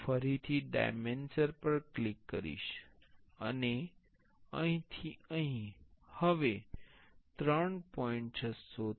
હું ફરીથી ડાયમેન્શન પર ક્લિક કરીશ અને અહીંથી અહીં હવે 3